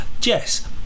Jess